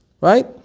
Right